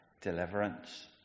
deliverance